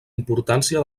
importància